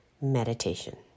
Meditation